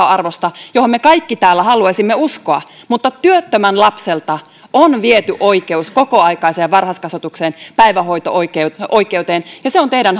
arvosta johon me kaikki täällä haluaisimme uskoa mutta työttömän lapselta on viety oikeus kokoaikaiseen varhaiskasvatukseen päivähoito oikeuteen ja oikeuteen ja se on teidän